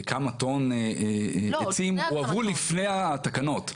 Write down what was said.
כמה טון עצים הועברו לפני התקנות.